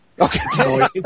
Okay